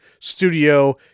studio